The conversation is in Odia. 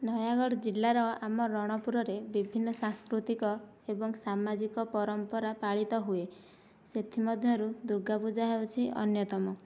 ନୟାଗଡ଼ ଜିଲ୍ଲାର ଆମ ରଣପୁରରେ ବିଭିନ୍ନ ସାଂସ୍କୃତିକ ଏବଂ ସାମାଜିକ ପରମ୍ପରା ପାଳିତ ହୁଏ ସେଥିମଧ୍ୟରୁ ଦୂର୍ଗା ପୂଜା ହେଉଛି ଅନ୍ୟତମ